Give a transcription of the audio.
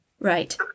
right